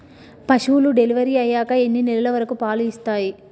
పశువులు డెలివరీ అయ్యాక ఎన్ని నెలల వరకు పాలు ఇస్తాయి?